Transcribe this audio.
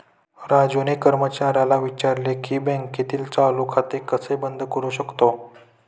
राजूने कर्मचाऱ्याला विचारले की बँकेतील चालू खाते कसे बंद करू शकतो?